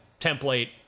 template